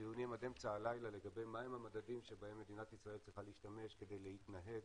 דיונים עד אמצע הלילה לגבי מה הם המדדים שמדינת ישראל להשתמש כדי להתנהג